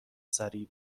سریع